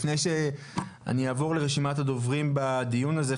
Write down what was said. לפני שאעבור לרשימת הדוברים בדיון הזה,